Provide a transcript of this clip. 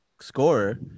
scorer